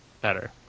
better